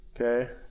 Okay